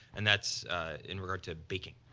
and that's in regard to baking.